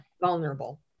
vulnerable